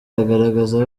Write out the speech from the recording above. agaragaza